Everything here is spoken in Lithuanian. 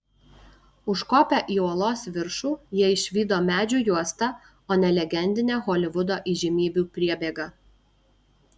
užkopę į uolos viršų jie išvydo medžių juostą o ne legendinę holivudo įžymybių priebėgą